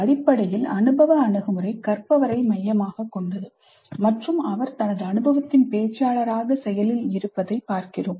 அடிப்படையில் அனுபவ அணுகுமுறை கற்பவரை மையமாகக் கொண்டது மற்றும் அவர் தனது அனுபவத்தின் பேச்சாளராக செயலில் இருப்பதைப் பார்க்கிறோம்